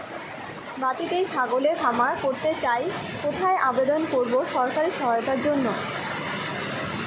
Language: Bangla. বাতিতেই ছাগলের খামার করতে চাই কোথায় আবেদন করব সরকারি সহায়তার জন্য?